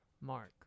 Mark